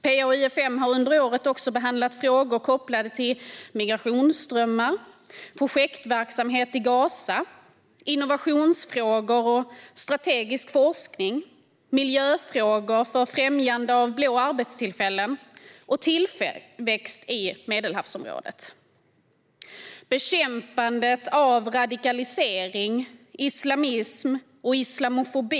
PA-UfM har under året också behandlat frågor som är kopplade till migrationsströmmar, projektverksamhet i Gaza, innovationsfrågor och strategisk forskning, miljöfrågor för främjande av blå arbetstillfällen och tillväxt i Medelhavsområdet. Ett annat tema har varit bekämpandet av radikalisering, islamism och islamofobi.